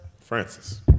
Francis